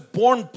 born